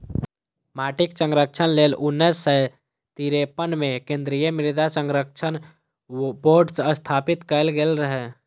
माटिक संरक्षण लेल उन्नैस सय तिरेपन मे केंद्रीय मृदा संरक्षण बोर्ड स्थापित कैल गेल रहै